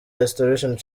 restoration